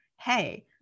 hey